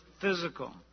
physical